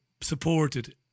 supported